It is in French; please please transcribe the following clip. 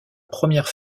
première